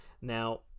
Now